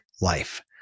life